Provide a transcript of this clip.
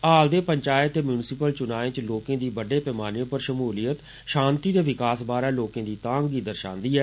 हाल दे पंचायत ते म्युनिसिपल चुनाएं च लोकें दी बड्डे पमाने पर षमुलियत षानित ते विकास बारै लोकें दी तांग दर्षान्दी ऐ